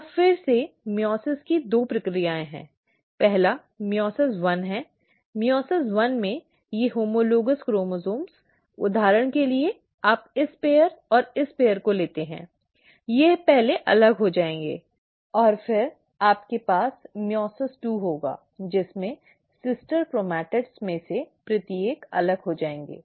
अब फिर से मइओसिस की दो प्रक्रियाएं हैं पहला मइओसिस एक है मइओसिस एक में ये होमोलोगॅस क्रोमोसोम्स उदाहरण के लिए आप इस जोड़ी और इस जोड़ी को लेते हैं वे पहले अलग हो जाएंगे और फिर आपके पास मइओसिस दो होगा जिसमें सिस्टर क्रोमैटिडस में से प्रत्येक अलग हो जाएंगे